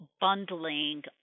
bundling